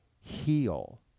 heal